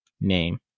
name